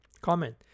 Comment